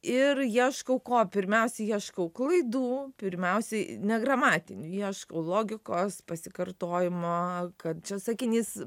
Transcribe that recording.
ir ieškau ko pirmiausiai ieškau klaidų pirmiausiai ne gramatinių ieškau logikos pasikartojimo kad čia sakinys